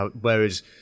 Whereas